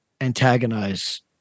antagonize